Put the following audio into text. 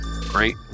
Great